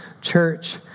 church